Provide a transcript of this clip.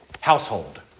household